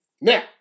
Now